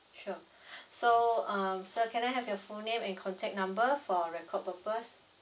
sure so um sir can I have your full name and contact number for record purpose